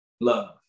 love